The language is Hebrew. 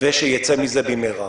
ושיצא מזה במהרה.